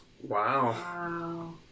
Wow